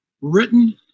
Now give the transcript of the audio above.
written